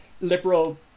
liberal